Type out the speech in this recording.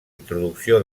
introducció